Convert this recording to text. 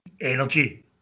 energy